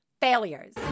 Failures